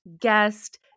guest